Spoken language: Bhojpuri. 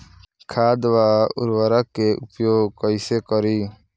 खाद व उर्वरक के उपयोग कइसे करी?